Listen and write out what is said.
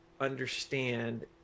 understand